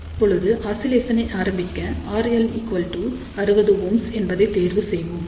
இப்பொழுது ஆசிலேஷனை ஆரம்பிக்க RL60Ω என்பதை தேர்வு செய்வோம்